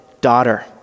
daughter